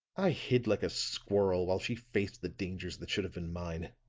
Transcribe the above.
i hid like a squirrel while she faced the dangers that should have been mine.